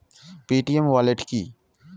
Paytm wallet কি?